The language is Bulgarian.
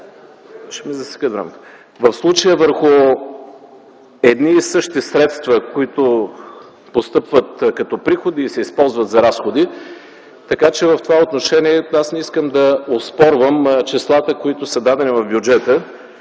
в случая върху едни и същи средства, които постъпват като приходи и се използват за разходи. Така че в това отношение аз не искам да оспорвам числата, които са дадени в бюджета.